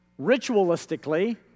ritualistically